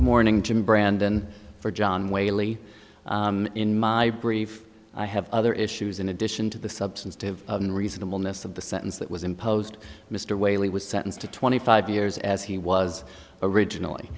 morning jim brandon for john whaley in my brief i have other issues in addition to the substantive and reasonable ness of the sentence that was imposed mr whaley was sentenced to twenty five years as he was originally